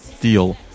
deal